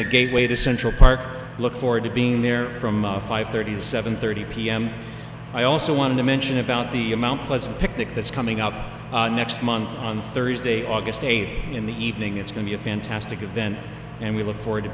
the gateway to central park look forward to being there from five thirty seven thirty p m i also want to mention about the amount plus a picnic that's coming up next month on thursday august eighth in the evening it's going be a fantastic event and we look forward to